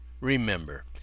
remember